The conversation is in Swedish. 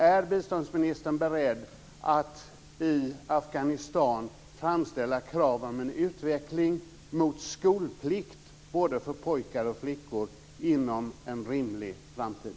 Är biståndsministern beredd att i Afghanistan framställa krav på en utveckling mot skolplikt både för pojkar och för flickor inom en rimlig framtid?